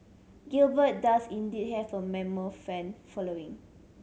Gilbert does indeed have a mammoth fan following